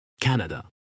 Canada